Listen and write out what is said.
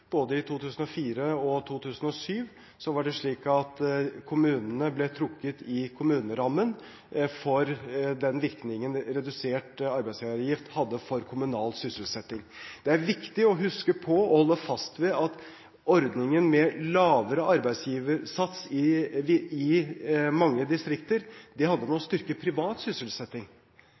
Både i 2004 og 2007 var det slik at kommunene ble trukket i kommunerammen for den virkningen redusert arbeidsgiveravgift hadde for kommunal sysselsetting. Det er viktig å huske på og holde fast ved at ordningen med lavere arbeidsgiversats i mange distrikter handler om å styrke privat sysselsetting.